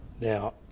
Now